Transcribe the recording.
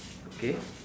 okay